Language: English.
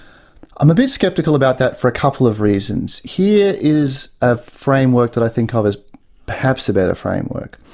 i'm a bit sceptical about that for a couple of reasons. here is a framework that i think i ah of as perhaps a better framework.